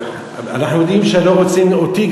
אנחנו יודעים שגם אתם לא רוצים אותי,